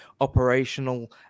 operational